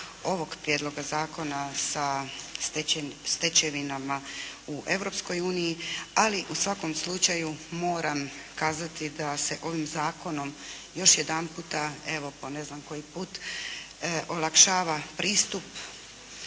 ovog prijedloga zakona sa stečevinama u Europskoj uniji, ali u svakom slučaju moram kazati da se ovim zakonom još jedanput evo po ne znam koji put, olakšava pristup